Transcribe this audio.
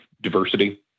diversity